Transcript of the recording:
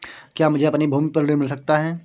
क्या मुझे अपनी भूमि पर ऋण मिल सकता है?